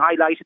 highlighted